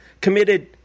committed